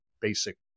basic